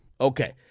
Okay